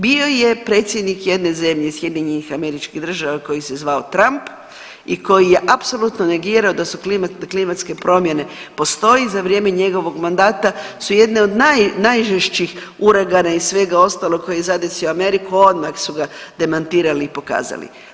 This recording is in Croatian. Bio je predsjednik jedne zemlje SAD koji se zvao Trump i koji je apsolutno negirao da su klimatske promjene postoji i za vrijeme njegovog mandata su jedne od najžešćih uragana i svega ostalog koji je zadesio Ameriku odmah su ga demantirali i pokazali.